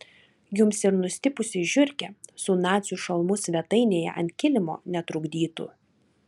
jums ir nustipusi žiurkė su nacių šalmu svetainėje ant kilimo netrukdytų